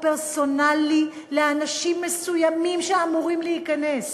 פרסונלי לאנשים מסוימים שאמורים להיכנס.